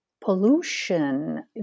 pollution